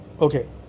okay